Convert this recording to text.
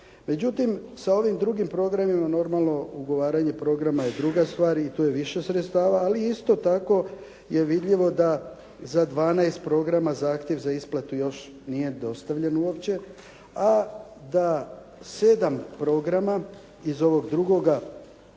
Međutim, sa ovim drugim programima, normalno ugovaranje programa je druga stvar i tu je više sredstava, ali isto tako je vidljivo da za 12 programa zahtjev za isplatu još nije dostavljen uopće, a da sedam programa iz ovog drugoga